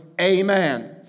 amen